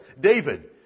David